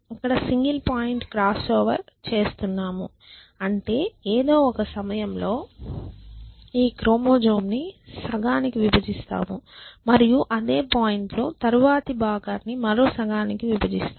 ఇక్కడ single point crossover చేస్తున్నాము అంటే ఏదో ఒక సమయంలో ఈ క్రోమోజోమ్ సగానికి విభజిస్తాము మరియు అదే పాయింట్ తరువాతి భాగాన్ని మరో సగానికి విభజిస్తాం